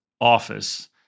office